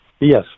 Yes